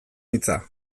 hitza